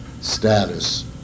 status